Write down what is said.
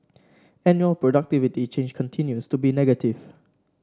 annual productivity change continues to be negative